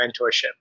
mentorship